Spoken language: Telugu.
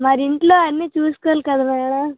మరి ఇంటిలో అన్నీ చూసుకోవాలి కదా మేడం